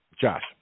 Josh